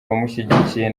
abamushyigikiye